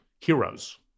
heroes